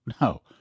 no